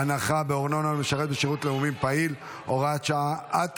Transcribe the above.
הנחה בארנונה למשרת בשירות מילואים פעיל) (הוראת שעה),